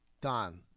Don